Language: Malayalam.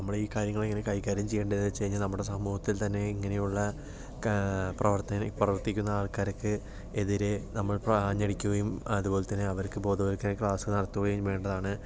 നമ്മൾ ഈ കാര്യങ്ങൾ എങ്ങനെ കൈകാര്യം ചെയ്യേണ്ടത് എന്ന് വെച്ചുകഴിഞ്ഞാൽ നമ്മുടെ സമൂഹത്തിൽ തന്നെ ഇങ്ങനെയുള്ള കാ പ്രവർത്തന പ്രവർത്തിക്കുന്ന ആൾക്കാർക്ക് എതിരെ നമ്മൾ ആഞ്ഞടിക്കുകയും അതുപോലെ തന്നെ അവർക്ക് ബോധവത്ക്കരണ ക്ലാസ് നടത്തുകയും വേണ്ടതാണ്